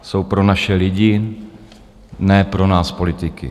Jsou pro naše lidi, ne pro nás politiky.